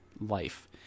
life